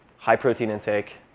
high protein intake.